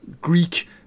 Greek